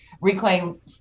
reclaim